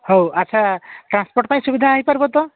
ହଉ ଆଚ୍ଛା ଟ୍ରାନ୍ସପୋର୍ଟ ପାଇଁ ସୁବିଧା ହୋଇପାରିବ ତ